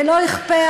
ולא יכפה,